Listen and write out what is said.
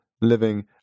living